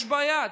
יש בעיה,